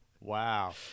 wow